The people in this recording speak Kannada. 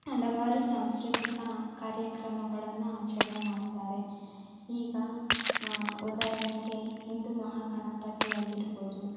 ಹಲವಾರು ಸಾಂಸ್ಕೃತಿಕ ಕಾರ್ಯಕ್ರಮಗಳನ್ನು ಆಚರಣೆ ಮಾಡ್ತಾರೆ ಈಗ ಉದಾಹರಣೆಗೆ ಹಿಂದೂ ಮಹಾ ಗಣಪತಿ ಆಗಿರ್ಬೋದು